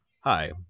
hi